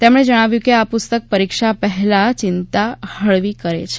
તેમણે જણાવ્યું કે આ પુસ્તક પરિક્ષા પહેલાની ચિંતામાં હળવી કરે છે